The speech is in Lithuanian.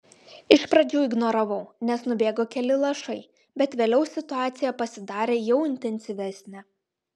iš pradžių ignoravau nes nubėgo keli lašai bet vėliau situacija pasidarė jau intensyvesnė